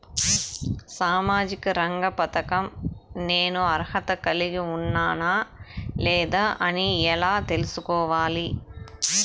సామాజిక రంగ పథకం నేను అర్హత కలిగి ఉన్నానా లేదా అని ఎలా తెల్సుకోవాలి?